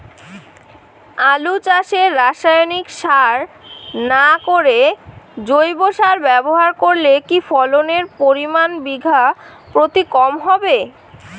আলু চাষে রাসায়নিক সার না করে জৈব সার ব্যবহার করলে কি ফলনের পরিমান বিঘা প্রতি কম হবে?